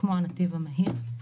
כמו בנתיב המהיר.